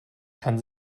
kann